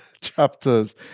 chapters